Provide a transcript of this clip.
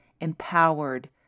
empowered